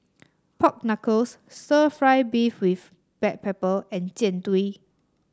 Pork Knuckle stir fry beef with Black Pepper and Jian Dui